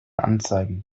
anzeigen